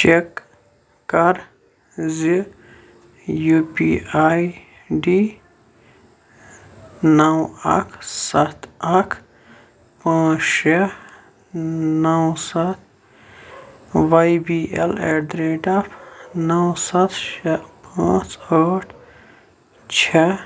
check کَر زِ U P I D نَو اَکھ سَتھ اَکھ پانٛژھ شےٚ نَو سَتھ Y B L at the rate of نَو سَتھ شےٚ پانٛژھ ٲٹھ چھےٚ